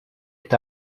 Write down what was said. est